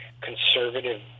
conservative